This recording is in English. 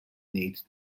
need